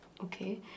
Okay